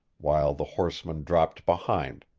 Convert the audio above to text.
while the horseman dropped behind,